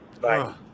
Bye